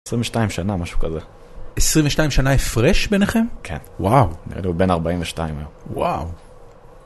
22 שנה משהו כזה 22 שנה הפרש ביניכם כן וואו נראה לי הוא בן 42 היום (וואו)